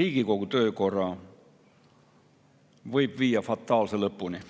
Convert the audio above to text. Riigikogu töökorra viia fataalse lõpuni.